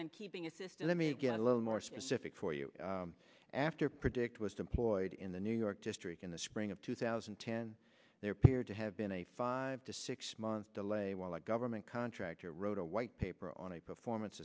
than keeping a system let me get a little more specific for you after predict was deployed in the new york district in the spring of two thousand and ten there appeared to have been a five to six month delay while the government contractor wrote a white paper on a performance